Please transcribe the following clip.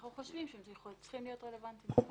אנחנו חושבים שהם צריכים להיות רלוונטיים.